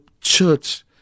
church